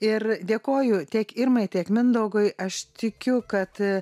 ir dėkoju tiek irmai tiek mindaugui aš tikiu kad